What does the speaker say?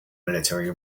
military